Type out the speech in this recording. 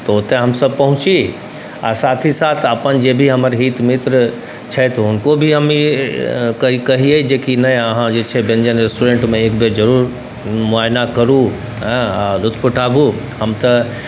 तऽ ओतऽ हमसब पहुँची आओर साथ ही साथ अपन हमर जे भी हित मित्र छथि हुनको भी हम ई कहिए जेकि नहि अहाँ जे छै व्यञ्जन रेस्टोरेन्टमे एकबेर जरूर मुआइना करू हँ लुफ्त उठाबू हम तऽ